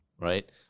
right